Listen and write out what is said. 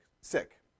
Sick